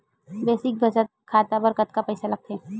Basic बचत खाता बर कतका पईसा लगथे?